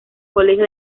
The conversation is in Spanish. colegio